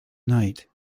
night